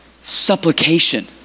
supplication